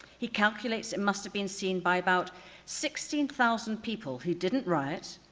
he calculates it must have been seen by about sixteen thousand people who didn't write,